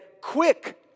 quick